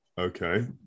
Okay